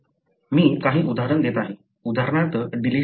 मी काही उदाहरण देत आहे उदाहरणार्थ डिलिशन